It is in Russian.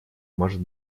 может